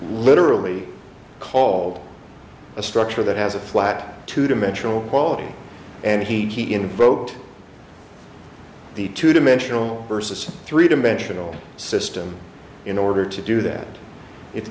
literally called a structure that has a flat two dimensional quality and he invoked the two dimensional versus a three dimensional system in order to do that it's